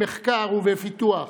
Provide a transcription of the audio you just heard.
במחקר ובפיתוח,